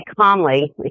calmly